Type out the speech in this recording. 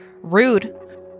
Rude